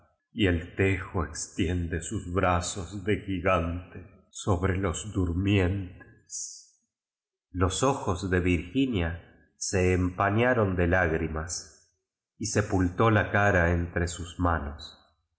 y el tejo esliendo sus brazos de gigante sobre loa tu rimen tos idos ojos de virginia se empañaron de lá grimas y sepultó la cara entre sus manos